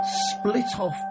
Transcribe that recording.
split-off